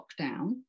lockdown